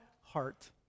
heart